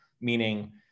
Meaning